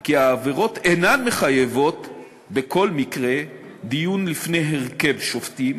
כי העבירות אינן מחייבות בכל מקרה דיון בפני הרכב שופטים,